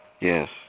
Yes